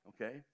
okay